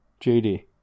JD